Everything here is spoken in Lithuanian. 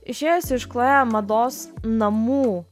išėjusi iš chloe mados namų